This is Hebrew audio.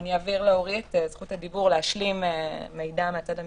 אני אעביר עכשיו לאורי את זכות הדיבור כדי להשלים מידע מהצד המקצועי.